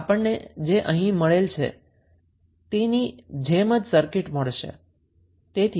તો આપણને અહીં આની જેમ સર્કિટ મળશે